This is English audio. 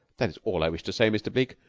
that is all i wished to say, mr. bleke.